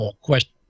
question